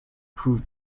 proved